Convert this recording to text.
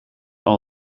all